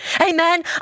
Amen